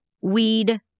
weed